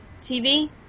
TV